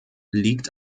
liegt